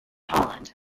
holland